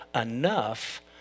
enough